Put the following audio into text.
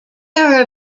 are